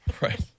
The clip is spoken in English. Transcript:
Right